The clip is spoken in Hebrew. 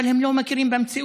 אבל הם לא מכירים במציאות.